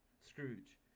Scrooge